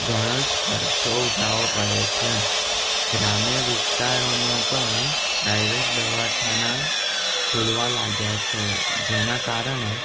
ઘણો જ ખર્ચો ઉઠાવો પડે છે ગ્રામ્ય વિસ્તારોમાં પણ પ્રાઇવેટ દવાખાના ખોલવા લાગ્યા છે જેના કારણે